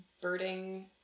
birding